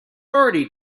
already